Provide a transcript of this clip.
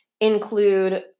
include